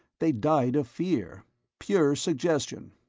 they died of fear pure suggestion.